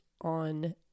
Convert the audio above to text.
on